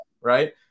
right